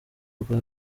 rwa